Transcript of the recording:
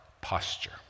posture